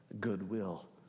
Goodwill